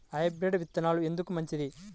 Hybrid విత్తనాలు ఎందుకు మంచిది?